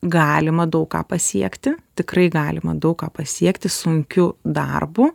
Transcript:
galima daug ką pasiekti tikrai galima daug ką pasiekti sunkiu darbu